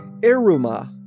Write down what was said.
Iruma